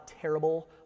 terrible